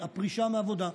הפרישה מעבודה.